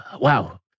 Wow